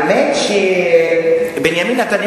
הצעה